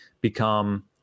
become